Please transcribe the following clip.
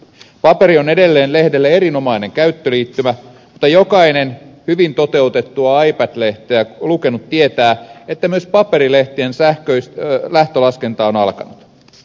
paperi on edelleen lehdelle erinomainen käyttöliittymä mutta jokainen hyvin toteutettua ipad lehteä lukenut tietää että myös paperilehtien lähtölaskenta on alkanut